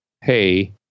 hey